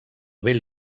vell